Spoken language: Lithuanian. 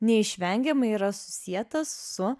neišvengiamai yra susietas su